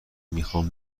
میخوام